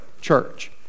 church